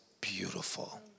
beautiful